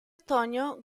otoño